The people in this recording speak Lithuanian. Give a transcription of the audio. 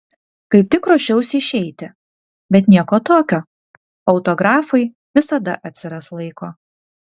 kaip tik ruošiausi išeiti bet nieko tokio autografui visada atsiras laiko